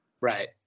Right